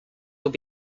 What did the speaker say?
were